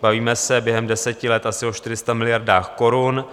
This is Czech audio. Bavíme se během deseti let asi o 400 miliardách korun.